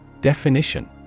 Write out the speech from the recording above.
Definition